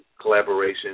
collaboration